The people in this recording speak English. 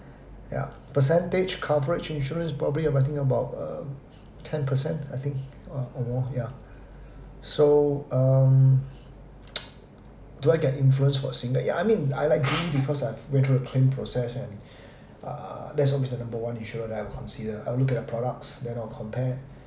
yeah percentage coverage insurance probably I think about err ten percent I think uh or more ya so um do I get influence for a single yeah I mean I like I've went through the claim process and uh that's always the number one issue that I'll consider I look at the products then I'll compare